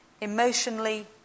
emotionally